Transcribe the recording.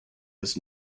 his